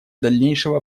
дальнейшего